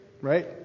right